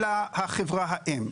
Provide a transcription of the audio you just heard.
אלא חברת האם.